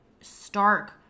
stark